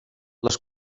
les